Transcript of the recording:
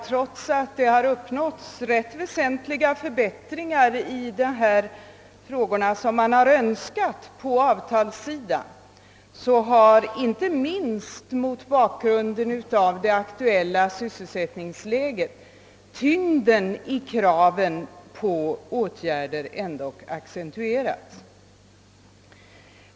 Trots att det uppnåtts rätt väsentliga förbättringar av sådant slag som önskats av de avtalsslutande parterna har, inte minst mot bakgrunden av det aktuella sysselsättningsläget, tyngden i kraven på åtgärder accentuerats.